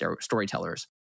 storytellers